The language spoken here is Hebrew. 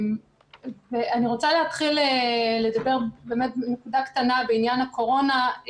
אני רוצה להתחיל לדבר מנקודה קטנה בעניין הקורונה.